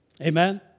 Amen